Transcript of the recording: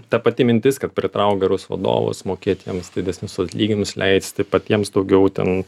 ta pati mintis kad pritrauk gerus vadovus mokėt jiems didesnius atlyginimus leisti patiems daugiau ten